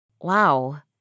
wow